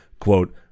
quote